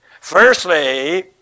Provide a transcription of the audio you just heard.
Firstly